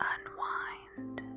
Unwind